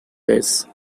race